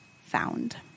found